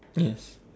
yeah